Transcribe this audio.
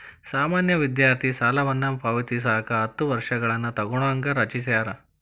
ಸಾಮಾನ್ಯ ವಿದ್ಯಾರ್ಥಿ ಸಾಲವನ್ನ ಪಾವತಿಸಕ ಹತ್ತ ವರ್ಷಗಳನ್ನ ತೊಗೋಣಂಗ ರಚಿಸ್ಯಾರ